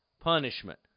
punishment